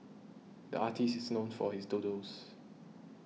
the artist is known for his doodles